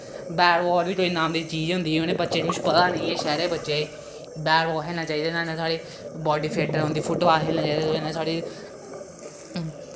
bat ball बी कोई नाम दी चीज़ होंदी उ'नें बच्चें गी कुछ पता नी ऐ शैह्रैं दे बच्चें बैट बाल खेलना चाहिदे न ओह्दे कन्नै साढ़ी बाडी फिट्ट रौंह्दी फुट बाल खेलना चाहिदा ओह्दे कन्नै साढ़ी